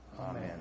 Amen